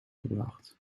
gebracht